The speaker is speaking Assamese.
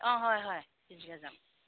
অঁ হয় হয় তিনিচুকীয়া যাম